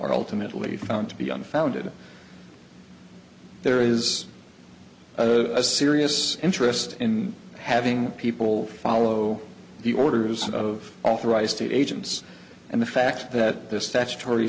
ultimately found to be unfounded there is a serious interest in having people follow the orders of authorized agents and the fact that this statutory